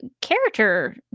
character